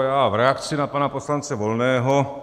Já v reakci na pana poslance Volného.